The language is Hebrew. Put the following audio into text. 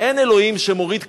אין אלוהים שמוריד גשמים,